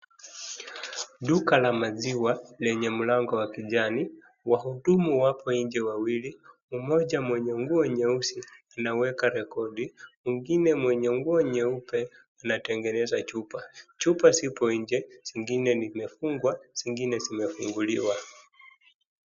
Duka la maziwa lenye mlango wa kijani. Wahudumu wapo nje wawili. Mmoja mwenye nguo nyeusi anaweka rekodi mwingine mwenye nguo nyeupe anatengeneza chupa. Chupa zipo nje, zingine zimefungwa zingine zimefunguliwa.